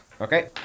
Okay